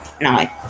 no